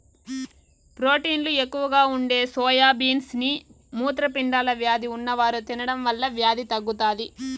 ప్రోటీన్లు ఎక్కువగా ఉండే సోయా బీన్స్ ని మూత్రపిండాల వ్యాధి ఉన్నవారు తినడం వల్ల వ్యాధి తగ్గుతాది